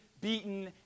beaten